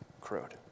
crowed